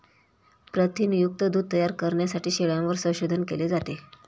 प्रथिनयुक्त दूध तयार करण्यासाठी शेळ्यांवर संशोधन केले जाते